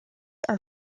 are